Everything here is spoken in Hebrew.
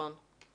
נכון.